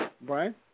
Brian